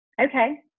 Okay